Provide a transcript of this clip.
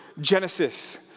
Genesis